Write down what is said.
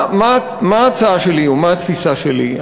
מה ההצעה שלי, או מה התפיסה שלי?